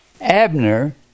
Abner